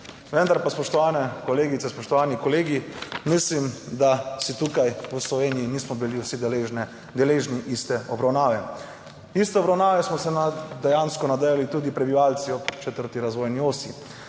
Vendar pa, spoštovane kolegice, spoštovani kolegi, mislim, da si tukaj v Sloveniji nismo bili vsi deležni iste obravnave. Iste obravnave smo se dejansko nadejali tudi prebivalci ob četrti razvojni osi.